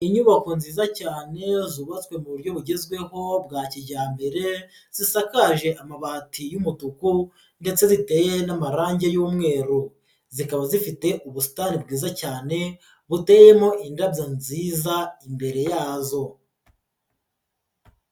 Inyubako nziza cyane zubatswe mu buryo bugezweho bwa kijyambere zisakaje amabati y'umutuku ndetse ziteye n'amarange y'umweru, zikaba zifite ubusitani bwiza cyane buteyemo indabyo nziza imbere yazo.